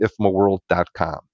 ifmaworld.com